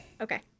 Okay